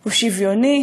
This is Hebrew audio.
הוא שוויוני